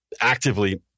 actively